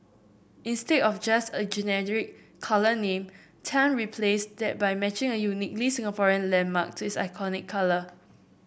instead of just a generic colour name Tan replaced that by matching a uniquely Singaporean landmark to its iconic colour